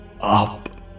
up